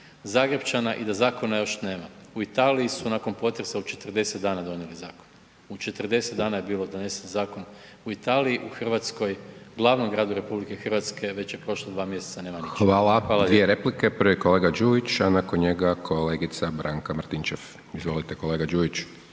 Zagrepčana i da zakona još nema. I Italiji su nakon potresa u 40 dana donijeli zakon, u 40 dana je bio donesen zakon u Italiji, u Hrvatskoj, glavnom gradu RH već je prošlo 2 mjesec, nema ničeg. Hvala lijepo. **Hajdaš Dončić, Siniša (SDP)** Hvala. Dvije replike, prvi je kolega Đujić, a nakon njega kolegica Branka Martinčev. Izvolite kolega Đujić.